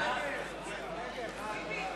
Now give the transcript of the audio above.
הארכת חופשת לידה),